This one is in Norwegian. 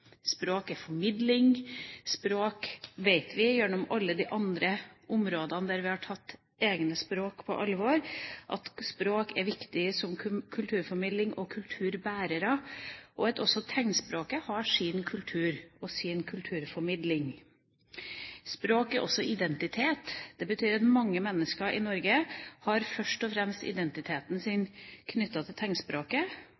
språk er formidling. Vi vet gjennom alle de andre områdene der vi har tatt egne språk på alvor, at språk er viktig som kulturformidling og kulturbærer, og at også tegnspråket har sin kultur og sin kulturformidling. Språk er også identitet. Det betyr at mange mennesker i Norge først og fremst har identiteten